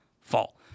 fall